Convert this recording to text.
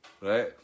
right